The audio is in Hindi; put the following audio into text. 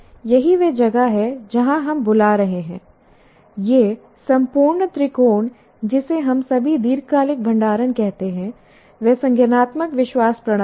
यही वह जगह है जहां हम बुला रहे हैं यह संपूर्ण त्रिकोण जिसे हम सभी दीर्घकालिक भंडारण कहते हैं वह संज्ञानात्मक विश्वास प्रणाली है